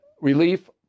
relief